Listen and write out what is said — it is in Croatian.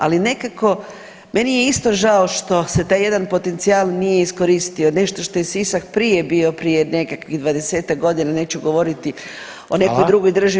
Ali, nekako, meni je isto žao što se taj jedan potencijal nije iskoristio, nešto što je Sisak bio, prije nekakvih 20-ak godina, neću govoriti o nekoj drugoj državi